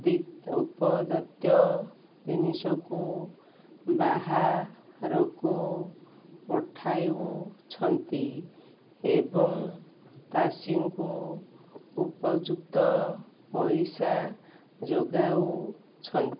ଉପଯୁକ୍ତ ଜିନିଷକୁ ବାହାରକୁ ପଠାଉଛନ୍ତି ଏବଂ ଚାଷୀଙ୍କୁ ଉପଯୁକ୍ତ ପଇସା ଯୋଗାଉଛନ୍ତି